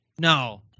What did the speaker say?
no